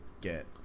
get